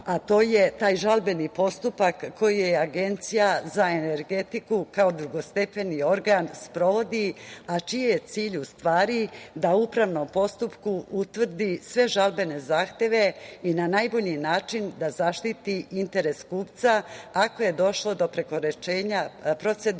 a to je taj žalbeni postupak koji je Agencija za energetiku kao drugostepeni organ sprovodi, a čiji je cilj u stvari da u upravnom postupku utvrdi sve žalbene zahteve i na najbolji način da zaštiti interes kupca, ako je došlo do prekoračenja procedure